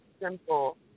simple